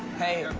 hey,